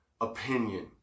opinion